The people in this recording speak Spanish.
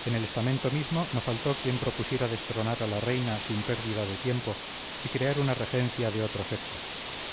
en el estamento mismo no faltó quien propusiera destronar a la reina sin pérdida de tiempo y crear una regencia de otro sexo